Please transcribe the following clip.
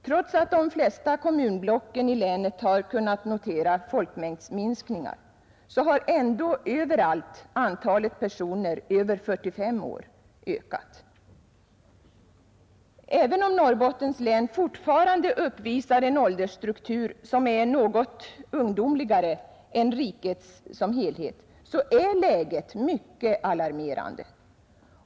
Trots att de flesta kommunblocken i länet har kunnat notera folkmängdsminskningar har överallt antalet personer över 45 år ökat. Även om Norrbottens län fortfarande uppvisar en åldersstruktur som är något ungdomligare än hela rikets är läget mycket alarmerande.